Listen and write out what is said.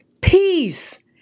peace